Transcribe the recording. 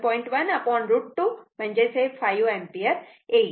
1 √ 2 5 ampere येईल